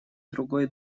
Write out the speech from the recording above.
другой